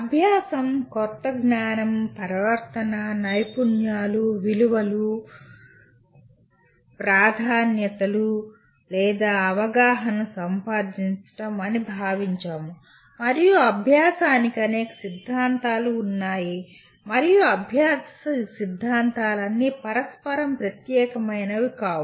అభ్యాసం క్రొత్త జ్ఞానం ప్రవర్తన నైపుణ్యాలు విలువలు ప్రాధాన్యతలు లేదా అవగాహనను సముపార్జించడం అని భావించాము మరియు అభ్యాసానికి అనేక సిద్ధాంతాలు ఉన్నాయి మరియు అభ్యాస సిద్ధాంతాలన్నీ పరస్పరం ప్రత్యేకమైనవి కావు